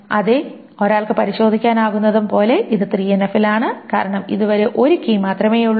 അതെ ഒരാൾക്ക് പരിശോധിക്കാനാകുന്നത് പോലെ ഇത് 3NF ലാണ് കാരണം ഇതുവരെ ഒരു കീ മാത്രമേയുള്ളൂ